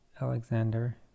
Alexander